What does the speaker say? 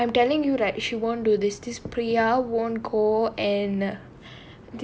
ya but I'm telling you that she won't do this this priya won't go and